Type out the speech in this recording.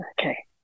Okay